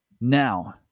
now